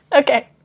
Okay